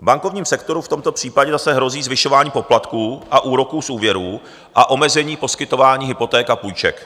V bankovním sektoru v tomto případě zase hrozí zvyšování poplatků a úroků z úvěrů a omezení poskytování hypoték a půjček.